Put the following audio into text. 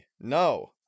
no